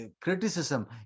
criticism